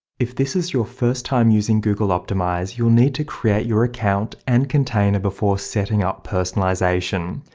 if this is your first time using google optimize, you will need to create your account and container before setting up personalization.